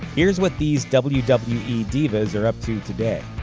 here's what these wwe wwe divas are up to today.